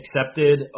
accepted